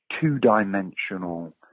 two-dimensional